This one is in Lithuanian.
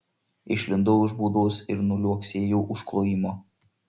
išlindau iš būdos ir nuliuoksėjau už klojimo